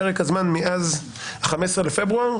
פרק הזמן מאז 15 בפברואר.